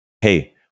Hey